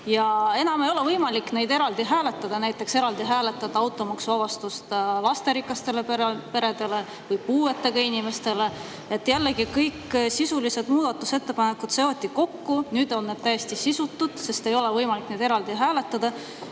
enam ei ole võimalik neid eraldi hääletada, näiteks eraldi hääletada automaksuvabastust lasterikastele peredele, puuetega inimestele. Jällegi kõik sisulised muudatusettepanekud seoti kokku, nüüd on need täiesti sisutud, sest ei ole võimalik neid eraldi hääletada.